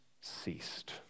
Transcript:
ceased